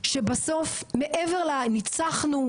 שבסוף מעבר לניצחון,